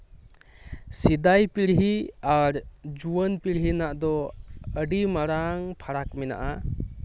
ᱥᱮᱫᱟᱭ ᱯᱤᱲᱦᱤ ᱟᱨ ᱡᱩᱣᱟᱹᱱ ᱯᱤᱲᱦᱤ ᱨᱮᱱᱟᱜ ᱫᱚ ᱟᱹᱰᱤ ᱢᱟᱨᱟᱝ ᱯᱷᱟᱨᱟᱠ ᱢᱮᱱᱟᱜᱼᱟ